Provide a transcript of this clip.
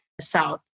south